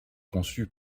conçu